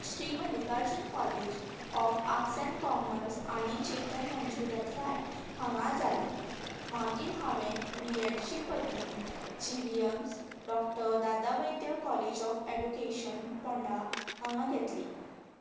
Shri Mallikarjun college of arts and commerce आनी चेतन मंजू देसाय हांगा जाले मागीर हांवें बी एड ची पदवी G V M's doctor Dada Vaidya college of education Ponda हांगा घेतली